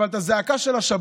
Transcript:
אבל את הזעקה של השבת,